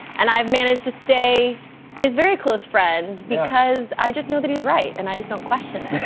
and i've managed to stay his very close friend, because i just know that he's right, and i just don't question and